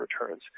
returns